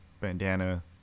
bandana